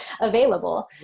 available